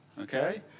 Okay